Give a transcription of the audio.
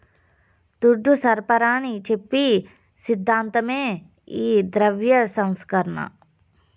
దుడ్డు సరఫరాని చెప్పి సిద్ధాంతమే ఈ ద్రవ్య సంస్కరణ